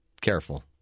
careful